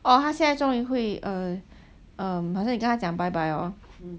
orh 他现在终于会 err um 好像你跟他讲 bye bye hor